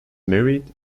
married